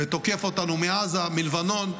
ותוקף אותנו מעזה, מלבנון,